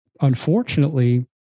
unfortunately